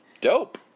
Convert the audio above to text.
Dope